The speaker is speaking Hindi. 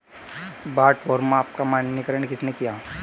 बाट और माप का मानकीकरण किसने किया?